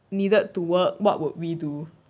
needed to work what would we do